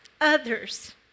others